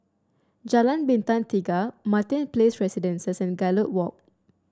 Jalan Bintang Tiga Martin Place Residences and Gallop Walk